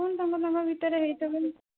କ'ଣ କ'ଣ ତାଙ୍କ ତାଙ୍କ ଭିତରେ ହେଇଥିବେ